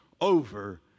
over